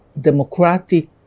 democratic